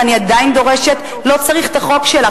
ואני עדיין דורשת לא צריך את החוק שלך,